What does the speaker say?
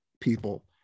people